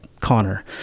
Connor